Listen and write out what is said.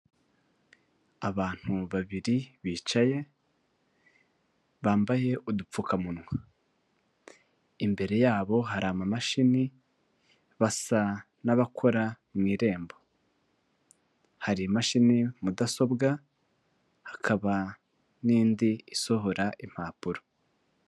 Abantu babiri bicaye bambaye udupfukamunwa imbere yabo hari amamashini basa n'abakora mu irembo hari imashini mudasobwa hakaba n'indi isohora impapuro.